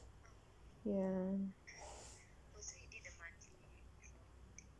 ya